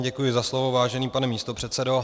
Děkuj za slovo, vážený pane místopředsedo.